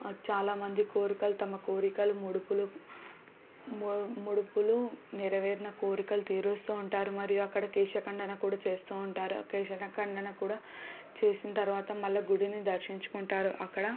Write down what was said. చాలా మంది కోరికలు తమ కోరికలు ముడుపులు ము ముడుపులు నెరవేరిన కోరికలు తీరుస్తూ ఉంటారు మరియు అక్కడ కేశ ఖండన కూడా చేస్తూ ఉంటారు కేశ ఖండన కూడా చేసిన తరువాత మళ్ళీ గుడిని దర్శించుకుంటారు అక్కడ